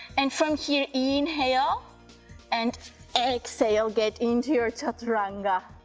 and from here, inhale and exhale, get into your chaturanga,